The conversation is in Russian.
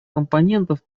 компонентов